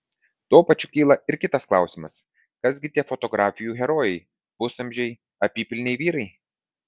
tuo pačiu kyla ir kitas klausimas kas gi tie fotografijų herojai pusamžiai apypilniai vyrai